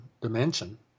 dimension